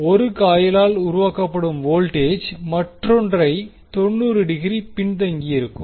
1 காயிலாள் உருவாக்கப்படும் வோல்டேஜ் மற்றொன்றை 90 டிகிரி பின்தங்கியிருக்கும்